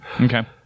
Okay